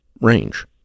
range